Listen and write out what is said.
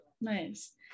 Nice